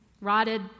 rotted